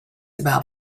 about